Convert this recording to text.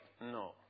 No